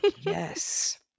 Yes